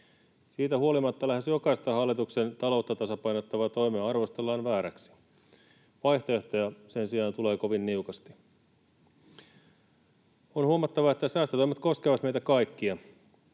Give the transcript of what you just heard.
Siitä huolimatta lähes jokaista hallituksen taloutta tasapainottavaa toimea arvostellaan vääräksi. Vaihtoehtoja sen sijaan tulee kovin niukasti. On huomattava, että säästötoimet koskevat meitä kaikkia.